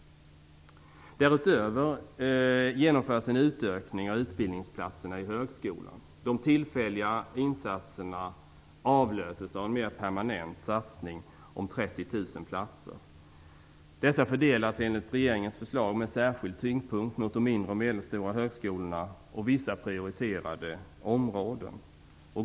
Därutöver genomförs en utökning av utbildningsplatserna i högskolan. De tillfälliga insatserna avlöses av en mer permanent satsning om 30 000 platser. Dessa fördelas enligt regeringens förslag med särskild tyngdpunkt på de mindre och medelstora högskolorna och vissa prioriterade områden.